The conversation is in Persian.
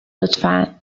لطفا